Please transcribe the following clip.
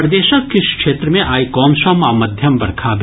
प्रदेशक किछु क्षेत्र मे आइ कमसम आ मध्यम बरखा भेल